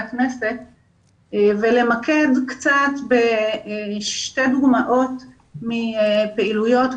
הכנסת ולמקד בשתי דוגמאות מפעילויות,